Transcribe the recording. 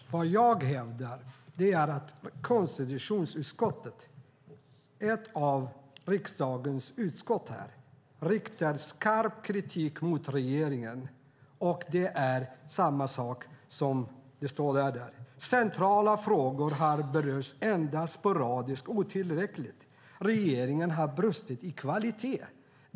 Fru talman! Jag hävdar att konstitutionsutskottet - ett av riksdagens utskott - riktar skarp kritik mot regeringen. Det står att centrala frågor har berörts endast sporadiskt och otillräckligt och att regeringen har brustit i kvalitet.